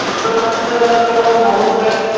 ଛୋଟ ମାଛରେ ଆମର ମହୁରାଳି